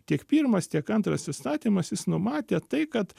tiek pirmas tiek antras įstatymas jis numatė tai kad